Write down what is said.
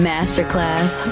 Masterclass